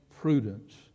prudence